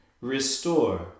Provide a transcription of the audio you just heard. Restore